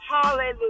Hallelujah